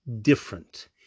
different